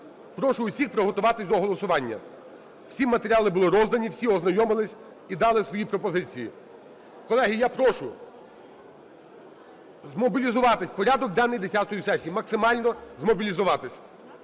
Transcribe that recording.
Прошу всіх приготуватись до голосування. Всі матеріали були роздані, всі ознайомились і дали свої пропозиції. Колеги, я прошу змобілізуватись – порядок денний десятої сесії, максимально змобілізуватись.